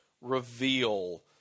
reveal